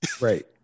Right